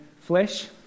flesh